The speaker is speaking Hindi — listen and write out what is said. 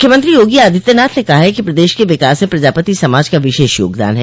मुख्यमंत्री योगी आदित्यनाथ ने कहा है कि प्रदेश के विकास में प्रजापति समाज का विशेष योगदान है